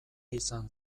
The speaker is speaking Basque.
izan